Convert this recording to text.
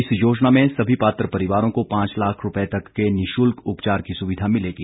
इस योजना में सभी पात्र परिवारों को पांच लाख रूपए तक के निशुल्क उपचार की सुविधा मिलेगी